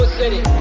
city